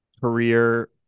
career